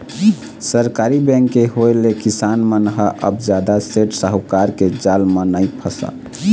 सहकारी बेंक के होय ले किसान मन ह अब जादा सेठ साहूकार के जाल म नइ फसय